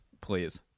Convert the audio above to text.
please